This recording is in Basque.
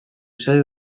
zait